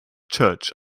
church